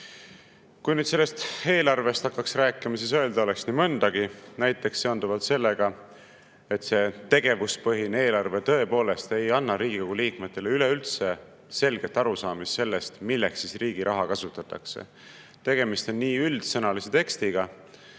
ole. Kui nüüd sellest eelarvest hakkaks rääkima, siis öelda oleks nii mõndagi, näiteks seonduvalt sellega, et see tegevuspõhine eelarve tõepoolest ei anna Riigikogu liikmetele üleüldse selget arusaamist sellest, milleks riigi raha kasutatakse. Tegemist on üldsõnalise tekstiga,